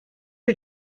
her